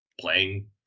playing